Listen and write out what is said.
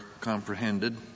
comprehended